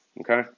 Okay